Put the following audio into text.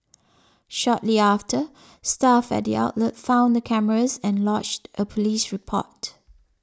shortly after staff at the outlet found the cameras and lodged a police report